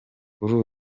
kuri